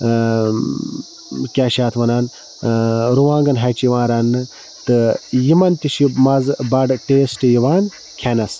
کیاہ چھِ اتھ وَنان رُوانٛگَن ہَچہِ یِوان رَننہٕ تہٕ یِمَن تہِ چھُ مَزٕ بَڑٕ ٹیسٹ یِوان کھیٚنَس